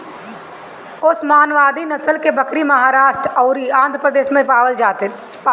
ओस्मानावादी नसल के बकरी महाराष्ट्र अउरी आंध्रप्रदेश में पावल जाले